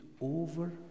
over